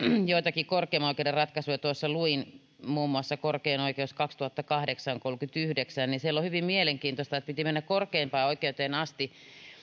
joitakin korkeimman oikeuden ratkaisuja tuossa luin muun muassa korkein oikeus kaksituhattakahdeksankolmekymmentäyhdeksän ja siinä on hyvin mielenkiintoista että piti mennä korkeimpaan oikeuteen asti